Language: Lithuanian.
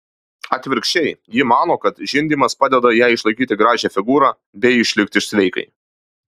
atvirkščiai ji mano kad žindymas padeda jai išlaikyti gražią figūrą bei išlikti sveikai